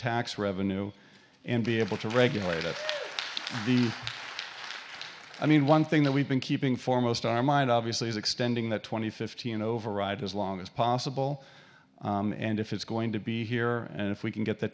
tax revenue and be able to regulate it i mean one thing that we've been keeping for most our mind obviously is extending that two thousand and fifteen override as long as possible and if it's going to be here and if we can get the